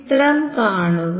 ചിത്രം കാണുക